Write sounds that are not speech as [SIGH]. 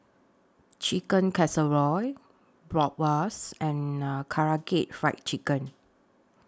Chicken Casserole Bratwurst and [UNINTELLIGIBLE] Karaage Fried Chicken